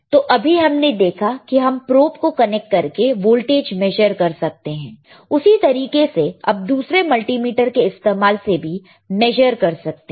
तो अभी हमने देखा कि हम प्रोब को कनेक्ट करके वोल्टेज मेशेर कर सकते हैं उसी तरीके से अब दूसरे मल्टीमीटर के इस्तेमाल से भी मैशर कर सकते हैं